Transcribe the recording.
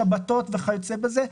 שבתות וכיוצא בזה,